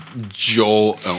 Joel